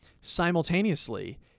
Simultaneously